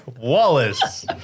Wallace